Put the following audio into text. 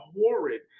horrid